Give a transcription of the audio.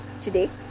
today